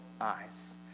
eyes